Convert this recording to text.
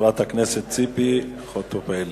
חברת הכנסת ציפי חוטובלי.